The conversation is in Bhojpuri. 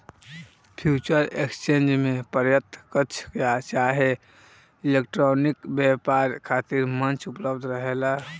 फ्यूचर एक्सचेंज में प्रत्यकछ चाहे इलेक्ट्रॉनिक व्यापार खातिर मंच उपलब्ध रहेला